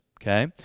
okay